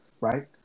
right